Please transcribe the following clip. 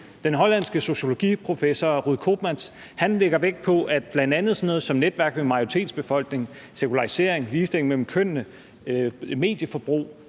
Den hollandske sociologiprofessor Ruud Koopmans lægger vægt på, at bl.a. sådan noget som netværk i en majoritetsbefolkning, sekularisering, ligestilling mellem kønnene, medieforbrug,